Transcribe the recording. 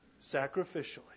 sacrificially